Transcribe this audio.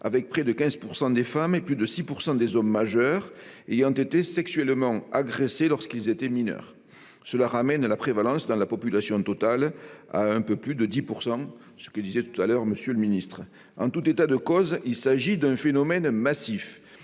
avec près de 15 % des femmes et plus de 6 % des hommes majeurs qui auraient été sexuellement agressés lorsqu'ils étaient mineurs. Cela ramène la prévalence dans la population totale à un peu plus de 10 %, comme l'a précisé M. le ministre. En tout état de cause, il s'agit d'un phénomène massif.